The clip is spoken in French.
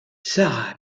sara